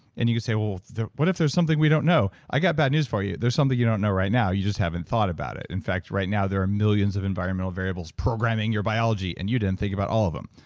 and you say, what if there's something we don't know? i got bad news for you. there's something you don't know right now you just haven't thought about it. in fact, right now there are millions of environmental variables programming your biology, and you didn't think about all of them.